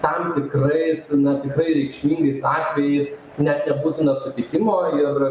tam tikrais na tikrai reikšmingais atvejais net nebūtina sutikimo ir